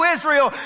Israel